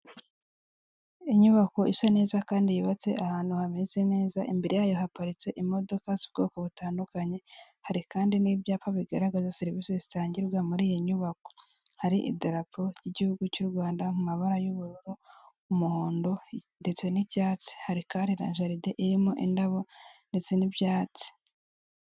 Inyubako isa neza kandi yubatse ahantu hameze neza, imbere yayo haparitse imodoka z'ubwoko butandukanye, hari kandi n'ibyapa bigaragaza serivisi zitangirwa muri iyi nyubako, hari idarapo ry'igihugu cy'Urwanda mu mabara y'ubururu, umuhondo ndetse n'icyatsi, hari kandi na jaride irimo indabo ndetse n'ibyatsi.